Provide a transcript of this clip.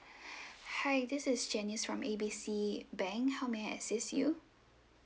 hi this is janice from A B C bank how may I assist you